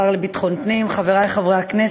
תודה רבה לך, השר לביטחון פנים, חברי חברי הכנסת,